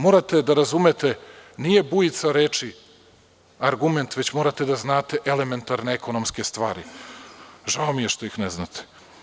Morate da razumete, nije bujica reči argument, već morate da znate elementarne ekonomske stvari. žao mi je što ih ne znate.